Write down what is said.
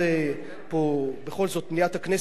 פה בכל זאת מליאת הכנסת,